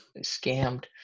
scammed